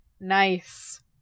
Nice